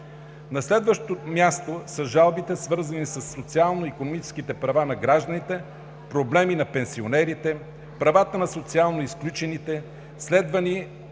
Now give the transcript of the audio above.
На следващо място са жалбите, свързани със социално-икономическите права на гражданите – проблеми на пенсионерите, правата на социално изключените, следвани